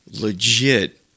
Legit